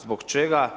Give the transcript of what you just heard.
Zbog čega?